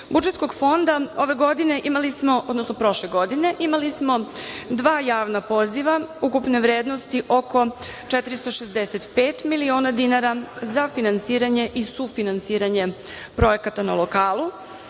budžetskog fonda prošle godine imali smo dva javna poziva ukupne vrednosti oko 465 miliona dinara za finansiranje i sufinansiranje projekata na lokalu